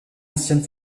ancienne